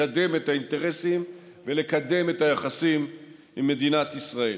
לקדם את האינטרסים ולקדם את היחסים עם מדינת ישראל.